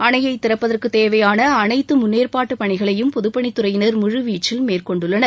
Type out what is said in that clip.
அனையை திறப்பதற்கு தேவையான அனைத்து முன்னேற்பாடு பணிகளையும் பொதுப்பணித் துறையினர் முழு வீச்சில் மேற்கொண்டுள்ளனர்